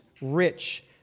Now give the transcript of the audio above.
rich